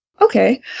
Okay